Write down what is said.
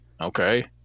Okay